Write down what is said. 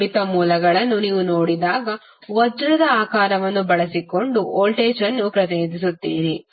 ಅವಲಂಬಿತ ಮೂಲಗಳನ್ನು ನೀವು ನೋಡಿದಾಗ ವಜ್ರದ ಆಕಾರವನ್ನು ಬಳಸಿಕೊಂಡು ವೋಲ್ಟೇಜ್ ಅನ್ನು ಪ್ರತಿನಿಧಿಸುತ್ತೀರಿ